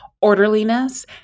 orderliness